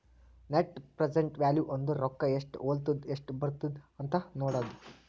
net present value ಅಂದುರ್ ರೊಕ್ಕಾ ಎಸ್ಟ್ ಹೊಲತ್ತುದ ಎಸ್ಟ್ ಬರ್ಲತ್ತದ ಅಂತ್ ನೋಡದ್ದ